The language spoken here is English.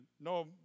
no